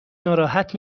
ناراحت